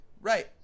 Right